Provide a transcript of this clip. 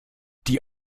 die